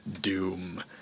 Doom